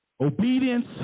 Obedience